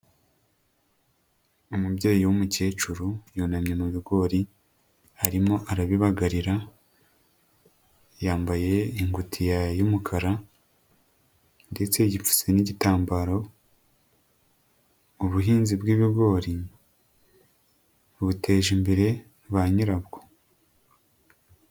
Umubyeyi w'umukecuru yunamye mu bigori arimo arabibagarira yambaye ingutiya y'umukara ndetse yipfutse n'igitambaro, ubuhinzi bw'ibigori buteje imbere ba nyirabwo.